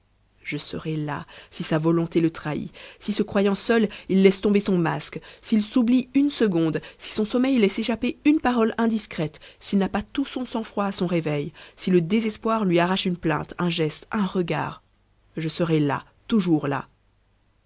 je serai là si sa volonté le trahit si se croyant seul il laisse tomber son masque s'il s'oublie une seconde si son sommeil laisse échapper une parole indiscrète s'il n'a pas tout son sang-froid à son réveil si le désespoir lui arrache une plainte un geste un regard je serai là toujours là